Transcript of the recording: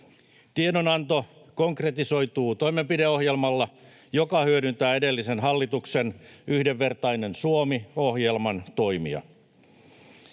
Tiedonanto konkretisoituu toimenpideohjelmalla, joka hyödyntää edellisen hallituksen Yhdenvertainen Suomi ‑ohjelman toimia.